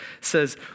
says